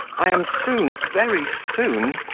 i am soon, very soon,